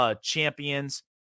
champions